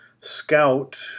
scout